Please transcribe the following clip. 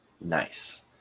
Nice